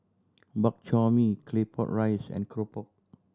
Bak Chor Mee Claypot Rice and keropok